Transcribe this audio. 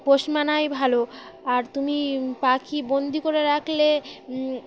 পোষমানাই ভালো আর তুমি পাখি বন্দি করে রাখলে